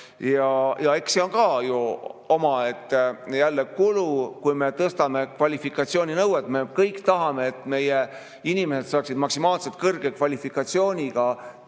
see ole ka ju jälle omaette kulu, kui me tõstame kvalifikatsiooninõudeid. Me kõik tahame, et meie inimesed saaksid maksimaalselt kõrge kvalifikatsiooniga teenust,